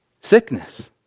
sickness